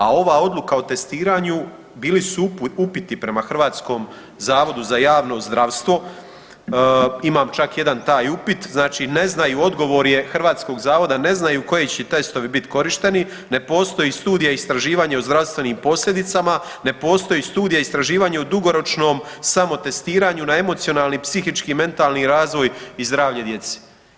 A ova odluka o testiranju bili su upiti prema HZJZ-u, imam čak jedan taj upit, znači ne znaju, odgovor je hrvatskog zavoda ne znaju koji će testovi biti korišteni, ne postoji studija istraživanja o zdravstvenim posljedicama, ne postoji studija istraživanja o dugoročnom samotestiranju na emocionalni, psihički i mentalni razvoj i zdravlje djece.